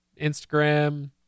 instagram